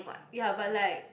ya but like